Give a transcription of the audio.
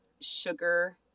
sugar